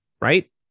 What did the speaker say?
right